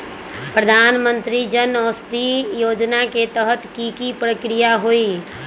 प्रधानमंत्री जन औषधि योजना के तहत की की प्रक्रिया होई?